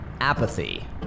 apathy